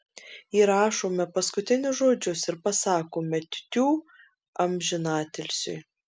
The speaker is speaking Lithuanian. įrašome paskutinius žodžius ir pasakome tiutiū amžinatilsiui